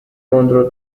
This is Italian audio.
contro